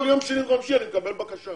כל יום שני וחמישי אני מקבל בקשה.